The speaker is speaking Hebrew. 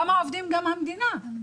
גם העובדים וגם המדינה.